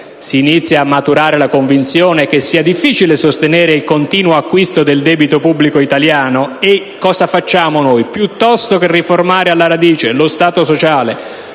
si inizia a maturare la convinzione che sia difficile sostenere il continuo acquisto del debito pubblico italiano. Tuttavia, piuttosto che riformare alla radice lo Stato sociale,